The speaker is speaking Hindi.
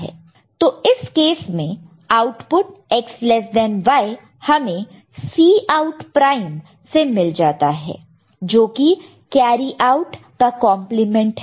तो इस केस में output X less than Y हमें Cout प्राइम से मिल जाता है जोकि कैरी आउट का कंप्लीमेंट है